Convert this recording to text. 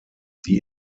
die